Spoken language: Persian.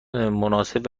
مناسب